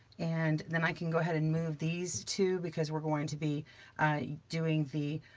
and then i can go ahead and move these two because we're going to be doing the